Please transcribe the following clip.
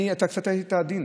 אתה קצת היית עדין.